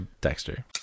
Dexter